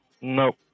No